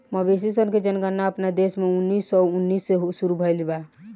मवेशी सन के जनगणना अपना देश में उन्नीस सौ उन्नीस से शुरू भईल बा